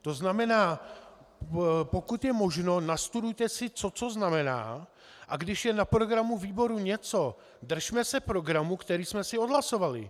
To znamená, pokud je možno, nastudujte si, co co znamená, a když je na programu výboru něco, držme se programu, který jsme si odhlasovali.